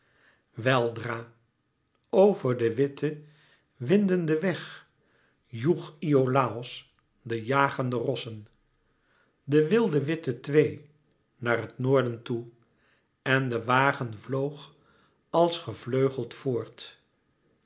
weldra over den witten windenden weg joeg iolàos de jagende rossen de wilde witte twee naar het noorden toe en de wagen vloog als gevleugeld voort